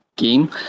game